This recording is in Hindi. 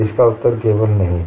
इसका उत्तर केवल नहीं है